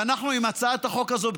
אנחנו עם הצעת החוק הזאת,